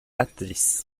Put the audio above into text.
atriz